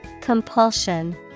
Compulsion